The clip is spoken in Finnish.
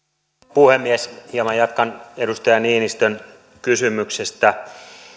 puhemies hieman jatkan edustaja niinistön kysymyksestä